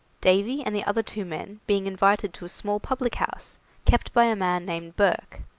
davy and the other two men being invited to a small public-house kept by a man named burke,